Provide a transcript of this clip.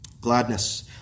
Gladness